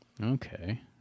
Okay